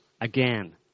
Again